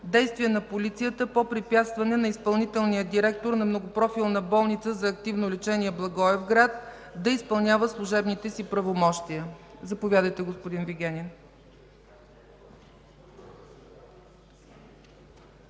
действия на полицията по препятстване на изпълнителния директор на Многопрофилна болница за активно лечение – Благоевград, да изпълнява служебните си правомощия. Заповядайте, господин Вигенин.